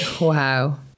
Wow